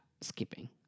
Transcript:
skipping